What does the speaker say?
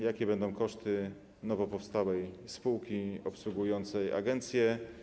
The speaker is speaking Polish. Jakie będą koszty nowo powstałej spółki obsługującej agencję?